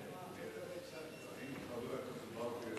אני כבר חוזר.